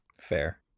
Fair